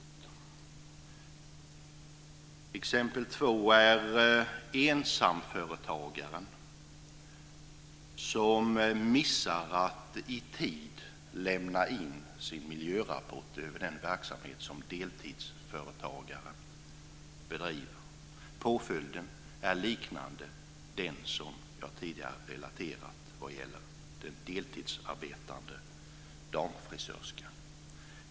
Det andra exemplet gäller ensamföretagaren som missar att i tid lämna in sin miljörapport om den verksamhet som den här deltidsföretagaren bedriver. Påföljden liknar den som jag relaterade för den deltidsarbetande damfrisörskan.